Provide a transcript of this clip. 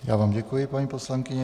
Já vám děkuji, paní poslankyně.